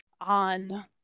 on